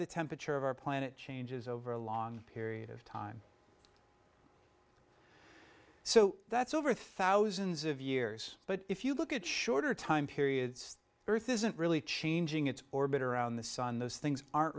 the temperature of our planet changes over a long period of time so that's over thousands of years but if you look at shorter time periods earth isn't really changing its orbit around the sun those things aren't